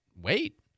wait